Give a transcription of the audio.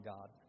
God